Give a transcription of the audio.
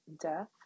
death